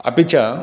अपि च